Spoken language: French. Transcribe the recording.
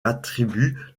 attribue